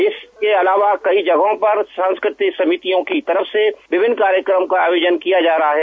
इसके अलावा वई जगहों पर सांस्कृतिक समितियों की तरफ से विभिन्न कार्यकमों का आयोजन किया जा रहा है